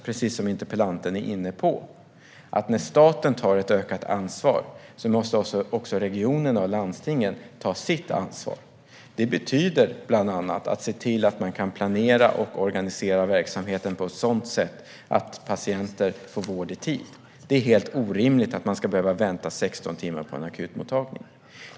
Precis som interpellanten är inne på förutsätter detta att när staten tar ett ökat ansvar måste också regionerna och landstingen ta sitt ansvar för att planera och organisera verksamheten på ett sådant sätt att patienter får vård i tid. Det är helt orimligt att man ska behöva vänta 16 timmar på en akutmottagning.